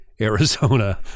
Arizona